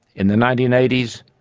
in the nineteen eighty s,